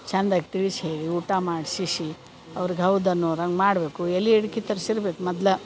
ಚಂದಾಗೆ ತಿಳಿಸಿ ಹೇಳಿ ಊಟ ಮಾಡ್ಸಿಸಿ ಅವ್ರಿಗೆ ಹೌದು ಅನ್ನೋರಂಗೆ ಮಾಡಬೇಕು ಎಲೆ ಅಡ್ಕೆ ತರಿಸಿರ್ಬೇಕು ಮೊದ್ಲ